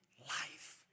life